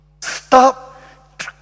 Stop